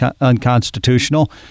unconstitutional